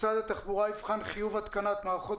משרד התחבורה יבחן חיוב התקנת מערכות